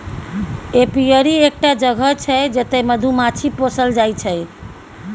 apiary एकटा जगह छै जतय मधुमाछी पोसल जाइ छै